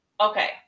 Okay